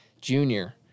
junior